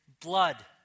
blood